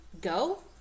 go